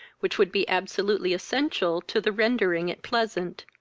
which would be absolutely essential to the rendering it pleasant,